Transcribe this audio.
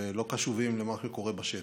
ולא קשובים למה שקורה בשטח.